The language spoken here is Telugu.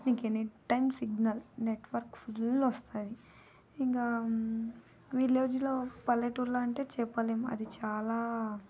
నీకు any time signal network full వస్తుంది ఇంక విలేజ్లో పల్లెటూరులో అంటే చెప్పలేము అది చాలా